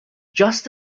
just